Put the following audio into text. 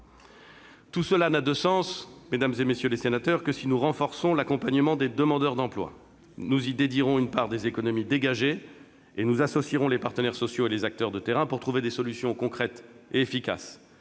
Tout cela n'a de sens que si nous renforçons l'accompagnement des demandeurs d'emploi. Nous y dédierons une part des économies dégagées et nous associerons les partenaires sociaux et les acteurs de terrain pour trouver des solutions concrètes et efficaces.